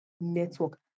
network